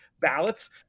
ballots